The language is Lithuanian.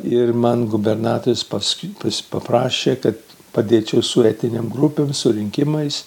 ir man gubernatorius paskui pasiprašė kad padėčiau su etinėm grupėm su rinkimais